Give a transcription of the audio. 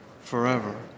forever